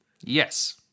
yes